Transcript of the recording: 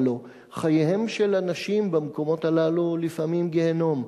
הלוא חייהן של הנשים במקומות הללו לפעמים גיהינום.